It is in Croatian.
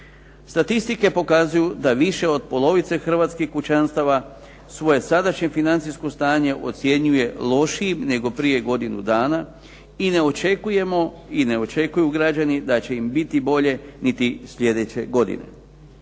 Statistike pokazuju da više od polovice hrvatskih kućanstava svoje sadašnje financijsko stanje ocjenjuje lošijim nego prije godinu dana i ne očekuju građani da će im biti bolje niti slijedeće godine.